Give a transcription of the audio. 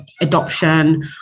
adoption